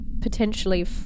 potentially